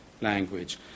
language